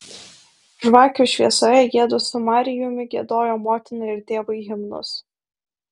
žvakių šviesoje jiedu su marijumi giedojo motinai ir tėvui himnus